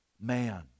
man